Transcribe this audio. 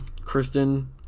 Kristen